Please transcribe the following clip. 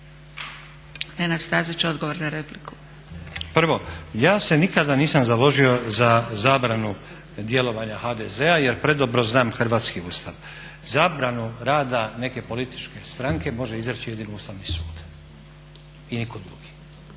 Prvo, ja se nikada nisam založio za zabranu djelovanja HDZ-a jer predobro znam hrvatski Ustav. Zabranu rada neke političke stranke može izreći jedino Ustavni sud i nitko drugi.